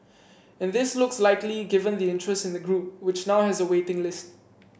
and this looks likely given the interest in the group which now has a waiting list